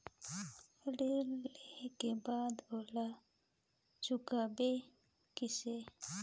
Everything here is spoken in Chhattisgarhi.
ऋण लेहें के बाद ओला चुकाबो किसे?